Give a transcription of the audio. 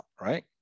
right